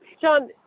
john